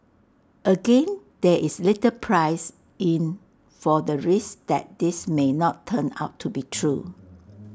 again there is little priced in for the risk that this may not turn out to be true